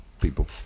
people